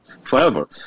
forever